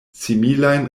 similajn